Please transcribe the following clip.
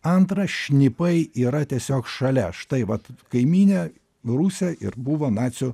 antra šnipai yra tiesiog šalia štai vat kaimynė rusė ir buvo nacių